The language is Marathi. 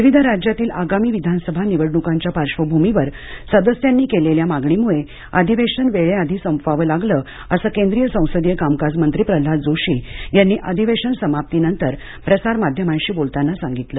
विविध राज्यातील आगामी विधानसभा निवडणुकांच्या पार्श्वभूमीवर सदस्यांनी केलेल्या मागणीमुळे अधिवेशन वेळेआधी संपवावं लागलं असं केंद्रीय संसदीय कामकाज मंत्री प्रह्नाद जोशी यांनी अधिवेशन समाप्तीनंतर प्रसार माध्यमांशी बोलताना सांगितलं